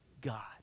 God